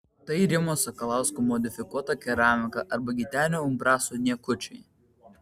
tai rimo sakalausko modifikuota keramika arba gitenio umbraso niekučiai